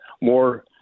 more